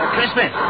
Christmas